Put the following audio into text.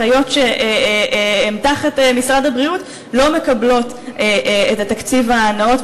אחיות שהן תחת משרד הבריאות לא מקבלות את התקציב הנאות,